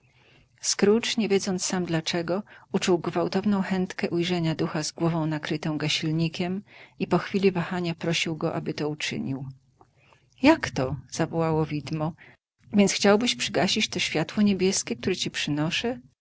scrooge nie wiedząc sam dlaczego uczuł gwałtowną chętkę ujrzenia ducha z głową nakrytą gasilnikiem i po chwili wahania prosił go aby to uczynił jakto zawołało widmo więc chciałbyś przygasić to światło niebieskie które ci przynoszę